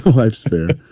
life's fair